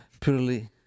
purely